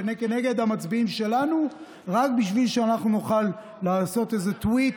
וכנגד המצביעים שלנו רק בשביל שאנחנו נוכל לעשות איזה טוויט